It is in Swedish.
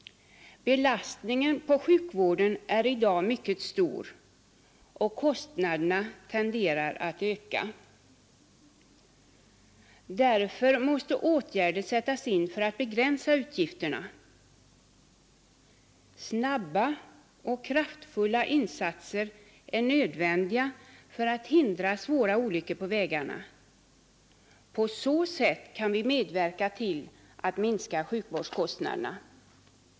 Belastningen på sjukvården är i dag mycket stor, och kostnaderna tenderar att öka. Därför måste åtgärder sättas in för att begränsa utgifterna. Snabba och kraftfulla insatser är nödvändiga för att hindra svåra olyckor på vägarna. På så sätt kan vi medverka till att minska sjukvårdskostnaderna.